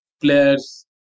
players